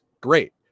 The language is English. great